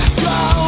go